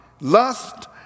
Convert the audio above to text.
lust